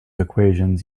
equations